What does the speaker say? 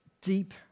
deep